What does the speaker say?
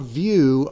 view